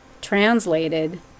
translated